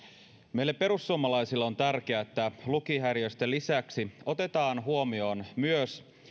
meille perussuomalaisille on tärkeää että lukihäiriöisten lisäksi otetaan huomioon myös